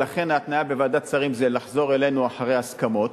ולכן ההתניה בוועדת שרים היא לחזור אלינו אחרי הסכמות,